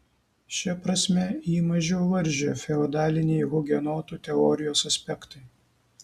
šia prasme jį mažiau varžė feodaliniai hugenotų teorijos aspektai